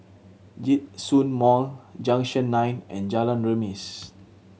Djitsun Mall Junction Nine and Jalan Remis